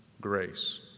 Grace